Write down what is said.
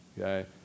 Okay